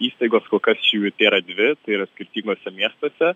įstaigos kol kas jų tėra dvi yra skirtinguose miestuose